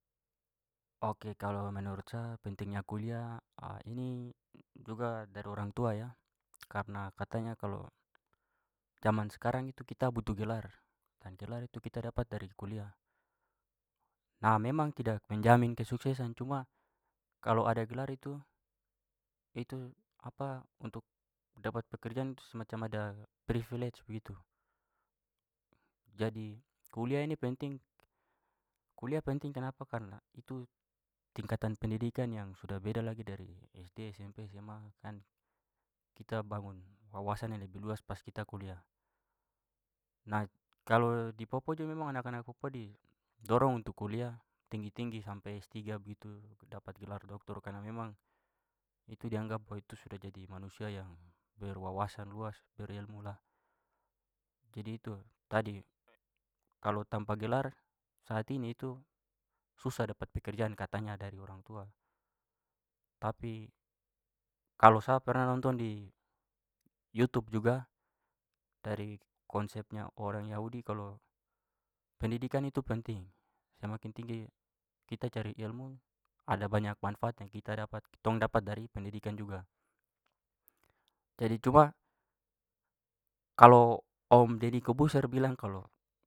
Ok, kalo menurut sa pentingnya kuliah ini juga dari orang tua ya karena katanya kalau jaman sekarang itu kita butuh gelar dan gelar itu kita dapat dari kuliah. Nah, memang tidak menjamin kesuksesan cuma kalau ada gelar itu itu untuk dapat pekerjaan tu semacam ada previlidge begitu. Jadi kuliah ini penting. Kuliah penting kenapa karna itu tingkatan pendidikan yang sudah beda lagi dari SD SMP sma. Kan kita bangun wawasan yang lebih luas pas kita kuliah. Nah, kalau di papua juga memang anak-anak papua didorong untuk kuliah tinggi-tinggi sampai s tiga begitu dapat gelar doktor karena memang itu dianggap bahwa itu sudah jadi manusia yang berwawasan luas berilmu lah. Jadi itu tadi kalo tanpa gelar saat ini itu susah dapat pekerjaan katanya dari orang tua. Tapi kalau sa pernah nonton di youtube juga dari konsepnya orang yahudi kalau pendidikan itu penting, semakin tinggi kita cari ilmu ada banyak manfaat yang kita dapat- kitong dapat dari pendidikan juga. Jadi cuma kalau om dedy corbuzier bilang kalau.